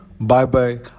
Bye-bye